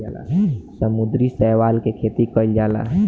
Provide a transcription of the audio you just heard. समुद्री शैवाल के खेती कईल जाला